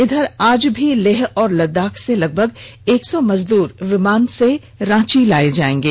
इधर आज भी लेह और लददाख से लगभग एक सौ मजदूर विमान से रांची लाए जाएंगे